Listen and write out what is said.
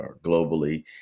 globally